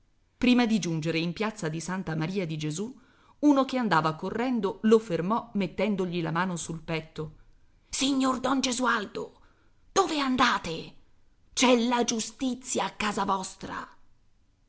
prima di giungere in piazza di santa maria di gesù uno che andava correndo lo fermò mettendogli la mano sul petto signor don gesualdo dove andate c'è la giustizia a casa vostra